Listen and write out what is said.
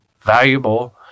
valuable